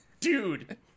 Dude